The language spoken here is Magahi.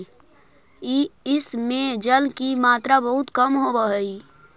इस में जल की मात्रा बहुत कम होवअ हई